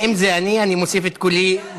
אם זה אני, אני מוסיף את קולי,